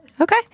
Okay